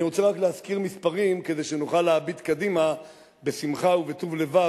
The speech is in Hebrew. אני רוצה רק להזכיר מספרים כדי שנוכל להביט קדימה בשמחה ובטוב לבב,